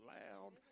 loud